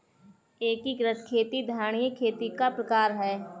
एकीकृत खेती धारणीय खेती का प्रकार है